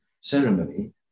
ceremony